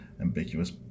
ambiguous